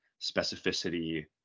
specificity